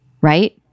right